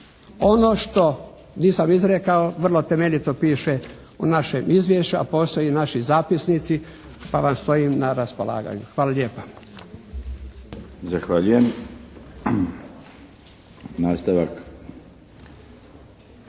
Ono što nisam izrekao vrlo temeljito piše u našem izvješću a postoje i naši zapisnici pa vam stojim na raspolaganju. Hvala lijepa. **Milinović, Darko